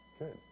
Good